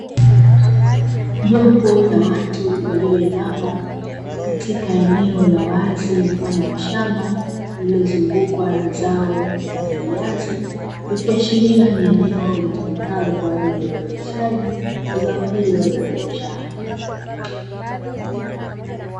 Jopo la watu walioinama katika eneo la wazi mfano wa shamba, lililozungukwa na zao mfano wa viazi, ikiashiria ni eneo litumikalo kwa ajili uzalishaji wa zao hilo la biashara.